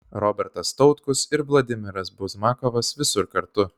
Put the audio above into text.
robertas tautkus ir vladimiras buzmakovas visur kartu